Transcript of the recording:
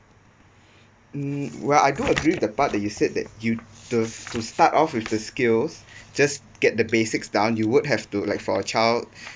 mm well I do agree with the part that you said that you to to start off with the skills just get the basics done you would have to like for a child